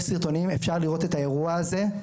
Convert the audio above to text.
יש סרטונים, אפשר לראות את האירוע הזה.